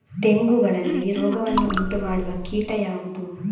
ತೆಂಗುಗಳಲ್ಲಿ ರೋಗವನ್ನು ಉಂಟುಮಾಡುವ ಕೀಟ ಯಾವುದು?